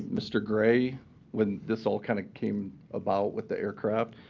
mr. gray when this all kind of came about with the aircraft,